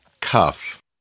Cuff